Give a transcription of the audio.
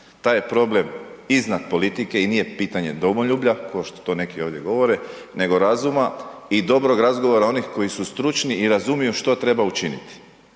Taj je problem iznad politike i nije pitanje domoljublja kao što neki ovdje govore nego razuma i dobrog razgovora onih koji su stručni i razumiju što treba učiniti.